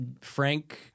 Frank